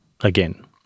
again